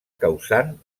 causant